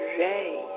ray